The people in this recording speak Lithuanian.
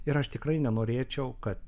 ir aš tikrai nenorėčiau kad